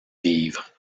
vivres